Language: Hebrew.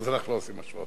אז אנחנו לא עושים השוואות.